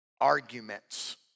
arguments